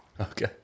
Okay